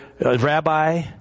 rabbi